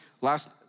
last